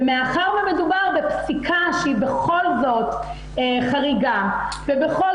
ומאחר ומדובר בפסיקה שהיא בכל זאת חריגה ובכל